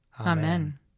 Amen